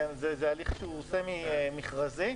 כי זה הליך סמי מכרזי,